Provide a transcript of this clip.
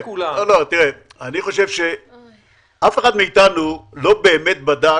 אף אחד מאיתנו לא באמת בדק